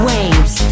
Waves